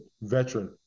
veteran